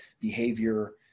behavior